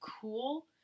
cool